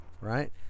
right